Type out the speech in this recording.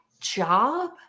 job